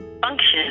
function